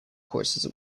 courses